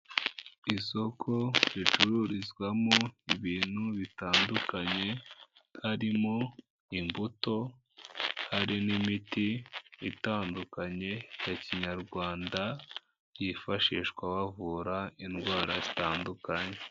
Isoko ricururizwamo ibintu bitandukanye, harimo imbuto, hari n'imiti itandukanye ya Kinyarwanda yifashishwa bavura indwara zitandukanye.